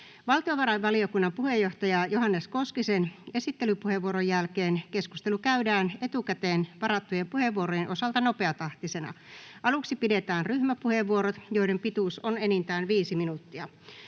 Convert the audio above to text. Valtiovarainvaliokunnan puheenjohtaja Johannes Koskisen esittelypuheenvuoron jälkeen keskustelu käydään etukäteen varattujen puheenvuorojen osalta nopeatahtisena. Aluksi pidetään ryhmäpuheenvuorot, joiden pituus on enintään 5 minuuttia.